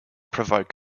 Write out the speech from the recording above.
provoke